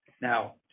Now